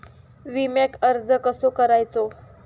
विम्याक अर्ज कसो करायचो?